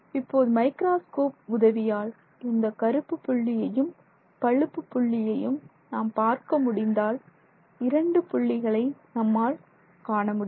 இப்போது மைக்ராஸ்கோப் உதவியால் இந்த கருப்பு புள்ளியையும் பழுப்பு புள்ளியையும் நாம் பார்க்க முடிந்தால் இரண்டு புள்ளிகளை நம்மால் காண முடியும்